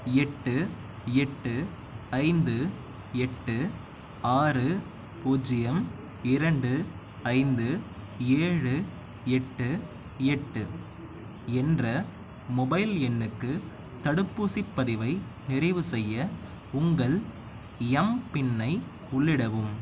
எட்டு எட்டு ஐந்து எட்டு ஆறு பூஜ்ஜியம் இரண்டு ஐந்து ஏழு எட்டு எட்டு என்ற மொபைல் எண்ணுக்கு தடுப்பூசிப் பதிவை நிறைவு செய்ய உங்கள் எம்பின்னை உள்ளிடவும்